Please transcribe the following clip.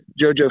Jojo